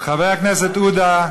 חבר הכנסת עודה,